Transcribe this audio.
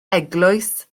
eglwys